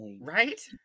right